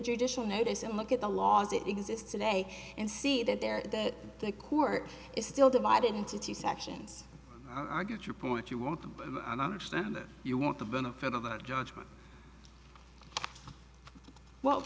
judicial notice and look at the law as it exists today and see that there that the court is still divided into two sections are get your point you want to understand that you want the benefit of that judgment well